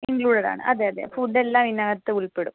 included ആണ് അതെ അതെ ഫുഡെല്ലാം ഇതിനകത്ത് ഉൾപ്പെടും